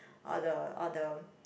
all the all the